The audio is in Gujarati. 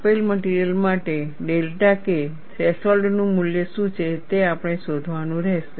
આપેલ મટિરિયલ માટે ડેલ્ટા K થ્રેશોલ્ડનું મૂલ્ય શું છે તે આપણે શોધવાનું રહેશે